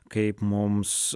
kaip mums